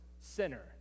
sinner